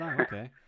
okay